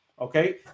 okay